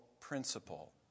principle